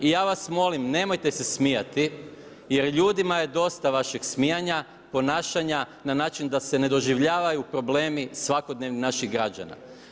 I ja vas molim, nemojte se smijati, jer ljudima je dosta vašeg smijanja, ponašanja na način da se ne doživljavaju problemi svakodnevni naših građana.